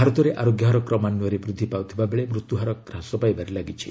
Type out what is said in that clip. ଭାରତରେ ଆରୋଗ୍ୟହାର କ୍ରମାନ୍ୱୟରେ ବୃଦ୍ଧି ପାଉଥିବା ବେଳେ ମୃତ୍ୟୁ ହାର ହ୍ରାସ ପାଇବାରେ ଲାଗିଛି